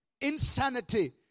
insanity